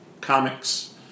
comics